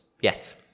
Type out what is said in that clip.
Yes